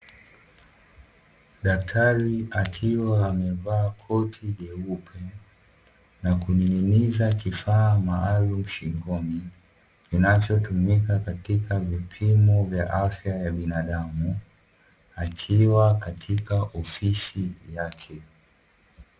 Daktari akiwa amevaa koti jeupe na kuning'iniza kifaa maalumu shingoni kinachotumika katika vipimo vya afya ya binadamu, akiwa katika ofisi yake.